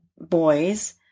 boys